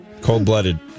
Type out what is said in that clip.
Cold-blooded